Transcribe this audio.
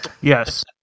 Yes